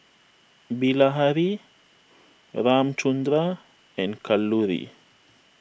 Bilahari Ramchundra and Kalluri